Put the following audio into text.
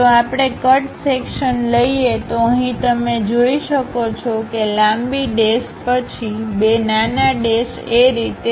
જો આપણે કટ સેક્શનલઈએ તો અહીં તમે જોઈ શકો છો કે લાંબી ડેશ પછી બે નાના ડેશ એ રીતે